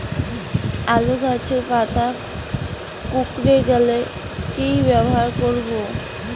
আলুর গাছের পাতা কুকরে গেলে কি ব্যবহার করব?